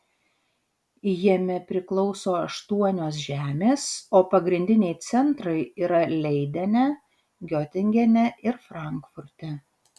jame priklauso aštuonios žemės o pagrindiniai centrai yra leidene giotingene ir frankfurte